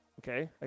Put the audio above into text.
okay